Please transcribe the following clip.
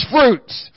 Fruits